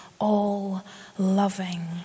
all-loving